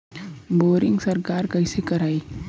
Boring सरकार कईसे करायी?